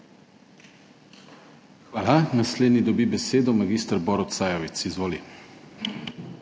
Hvala. Naslednji dobi besedo mag. Borut Sajovic. Izvoli.